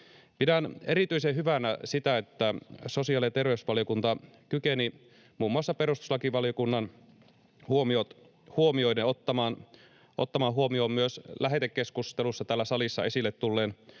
Pidän erityisen hyvänä sitä, että sosiaali‑ ja terveysvaliokunta kykeni muun muassa perustuslakivaliokunnan huomiot huomioiden ottamaan huomioon myös lähetekeskustelussa täällä salissa esille tulleen